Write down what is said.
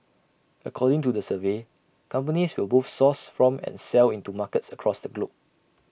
according to the survey companies will both source from and sell into markets across the globe